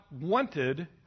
wanted